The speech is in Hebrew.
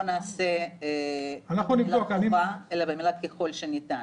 נכתוב "ככל שניתן".